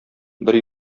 бер